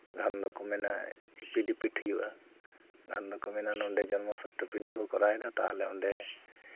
ᱜᱷᱟᱱᱮ ᱫᱚᱠᱚ ᱢᱮᱱᱟ ᱮᱯᱤᱴ ᱰᱤᱯᱤᱴ ᱦᱩᱭᱩᱜᱼᱟ ᱜᱷᱟᱱᱮ ᱫᱚᱠᱚ ᱢᱮᱱᱟ ᱱᱚᱰᱮ ᱡᱚᱱᱢᱚ ᱥᱟᱨᱴᱤᱯᱷᱤᱠᱮᱴ ᱫᱚᱠᱚ ᱠᱚᱨᱟᱣ ᱮᱫᱟ ᱛᱟᱦᱚᱞᱮ ᱱᱚᱰᱮ